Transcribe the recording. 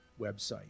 website